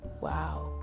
Wow